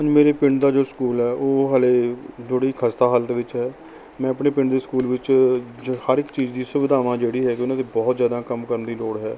ਮੇਰੇ ਪਿੰਡ ਦਾ ਜੋ ਸਕੂਲ ਹੈ ਉਹ ਹਾਲੇ ਦੂੜੀ ਖਸਤਾ ਹਾਲਤ ਵਿੱਚ ਹੈ ਮੈਂ ਆਪਣੇ ਪਿੰਡ ਦੇ ਸਕੂਲ ਵਿੱਚ ਵਿੱਚ ਹਰ ਇੱਕ ਚੀਜ਼ ਦੀ ਸੁਵਿਧਾਵਾਂ ਜਿਹੜੀ ਹੈਗੀ ਉਹਨਾਂ ਦੀ ਬਹੁਤ ਜ਼ਿਆਦਾ ਕੰਮ ਕਰਨ ਦੀ ਲੋੜ ਹੈ